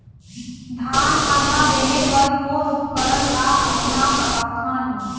धान मादा देहे बर कोन उपकरण ला अपना सकथन?